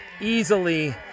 easily